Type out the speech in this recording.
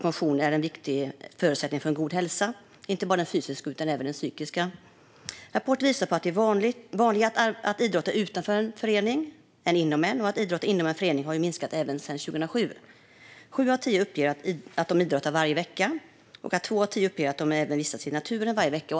Motion är en viktig förutsättning för god hälsa, inte bara den fysiska utan även den psykiska. Rapporten visar att det är vanligare att idrotta utanför en förening än inom en. Idrott inom en förening har minskat sedan 2007. Sju av tio uppger att de idrottar varje vecka, och två av tio uppger att de även vistas i naturen varje vecka.